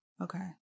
okay